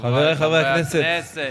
חברי חברי הכנסת,